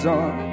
on